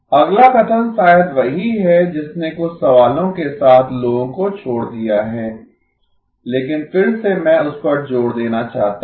अगला कथन शायद वही है जिसने कुछ सवालों के साथ लोगों को छोड़ दिया है लेकिन फिर से मैं उस पर जोर देना चाहता हूं